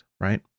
right